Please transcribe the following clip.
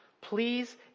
Please